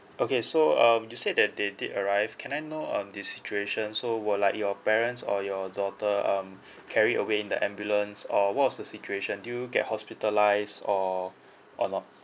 okay so um you said that they did arrive can I know on this situation so were like your parents or your daughter um carried away in the ambulance or what was the situation did you get hospitalised or or not